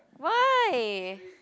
why